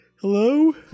Hello